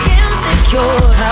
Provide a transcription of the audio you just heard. insecure